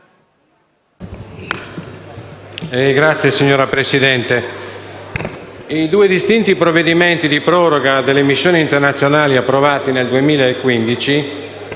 *(PD)*. Signora Presidente, i due distinti provvedimenti di proroga delle missioni internazionali approvati nel 2015